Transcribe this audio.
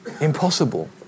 impossible